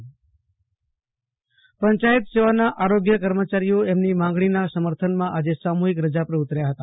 આશુતોષ અંતાણી આરોગ્ય કર્મચારી રેલી પંચાયત સેવાના આરોગ્ય કર્મચારીઓ એમની માગણીના સમર્થનમાં આજે સામુહિક રજા પર ઉતર્યા હતા